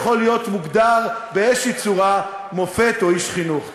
הוא בוודאי איננו יכול להיות מוגדר באיזו צורה שהיא מופת או איש חינוך.